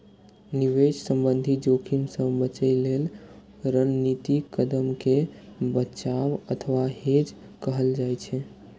निवेश संबंधी जोखिम सं बचय लेल रणनीतिक कदम कें बचाव अथवा हेज कहल जाइ छै